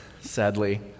sadly